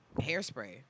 hairspray